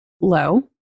low